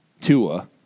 Tua